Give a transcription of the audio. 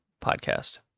podcast